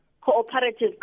cooperative